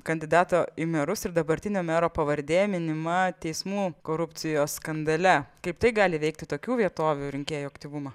kandidato į merus ir dabartinio mero pavardė minima teismų korupcijos skandale kaip tai gali veikti tokių vietovių rinkėjų aktyvumą